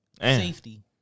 Safety